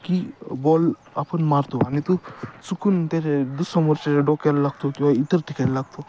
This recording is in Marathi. की बॉल आपण मारतो आणि तो चुकून त्याचे दु समोरच्याच्या डोक्याला लागतो किंवा इतर ठिकाणी लागतो